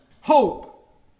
Hope